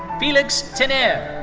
felix tener.